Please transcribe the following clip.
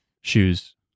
Shoes